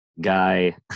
guy